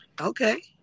Okay